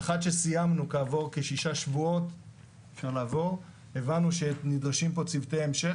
לאחר שסיימנו כעבור כשישה שבועות הבנו שנדרשים פה צוותי המשך.